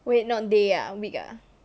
wait not day ah week ah